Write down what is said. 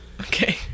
okay